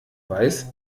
weiß